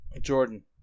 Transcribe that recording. Jordan